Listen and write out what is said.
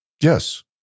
Yes